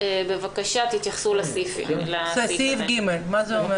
זה לא קשור לכאן, זו לא